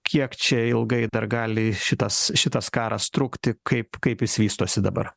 kiek čia ilgai dar gali šitas šitas karas trukti kaip kaip jis vystosi dabar